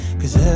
cause